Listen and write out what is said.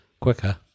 quicker